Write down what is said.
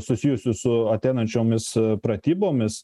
susijusius su ateinančiomis pratybomis